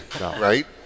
right